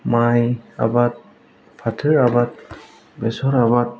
माइ आबाद फाथो आबाद बेसर आबाद